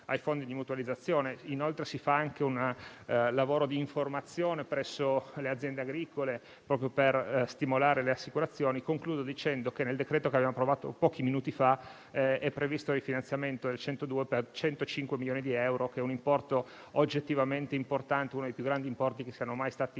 ai fondi di mutualizzazione. Inoltre si fa anche un lavoro di informazione presso le aziende agricole, proprio per stimolare le assicurazioni. Concludo dicendo che nel disegno di legge che abbiamo approvato pochi minuti fa è previsto il finanziamento in base al decreto legislativo n. 102 per 105 milioni di euro, un importo oggettivamente importante, uno dei più grandi importi che siano mai stati